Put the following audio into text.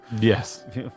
yes